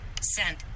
Sent